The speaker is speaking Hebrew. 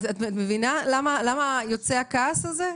את מבינה למה יוצא הכעס הזה?